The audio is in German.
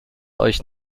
euch